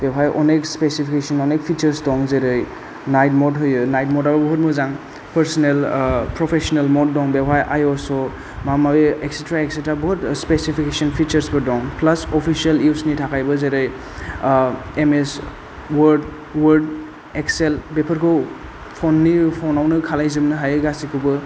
बेवहाय अनेक स्पेसिफिकेसन गोबां फिचोर्स दं जेरै नायट मद होयो नायट मदाव बुहुद मोजां पोर्सनेल प्रफेशनोल मद दं बेवहाय आयस' माबा माबि एसेट्रा एसेट्रा बहुद स्पेसिफिकेसन फिचेर्सफोर दं प्लास अफिसियेल इउजनि थाखायबो जेरै M S Word Word Excel बेफोरखौ फननि फनावनो खालायजोबनो हायो गासैखौबो